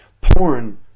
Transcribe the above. Porn